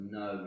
no